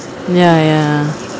ya ya